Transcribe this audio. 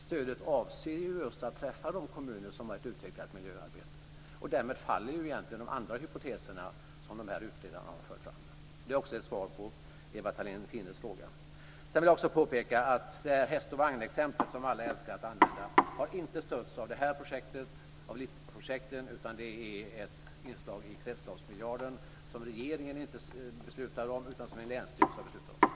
Stödet avser ju just att träffa de kommuner som har ett utvecklat miljöarbete, och därmed faller ju egentligen de andra hypoteser som de här utredarna har fört fram. Det är också ett svar på Ewa Thalén Finnés fråga. Jag vill också påpeka att det häst-och-vagnexempel som alla älskar att använda inte har stötts av det här projektet utan är ett inslag i kretsloppsmiljarden, som regeringen inte beslutar om utan som en länsstyrelse har beslutat om.